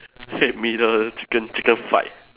chicken chicken fight